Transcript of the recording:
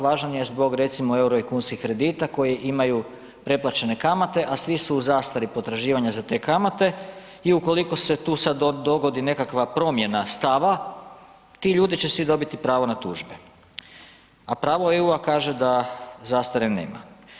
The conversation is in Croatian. Važan je zbog recimo euro i kunskih kredita koji imaju preplaćene kamate, a svi su u zastari potraživanja za te kamate i ukoliko se sad tu dogodi nekakva promjena stava, ti ljudi će svi dobiti pravo na tužbe, a pravo EU-a kaže da zastare nema.